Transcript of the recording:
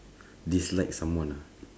dislike someone ah